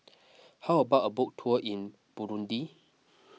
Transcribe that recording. how about a boat tour in Burundi